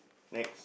next